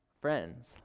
friends